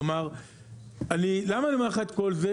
כלומר אני למה אני אומר לך את כל זה?